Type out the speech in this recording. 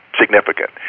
significant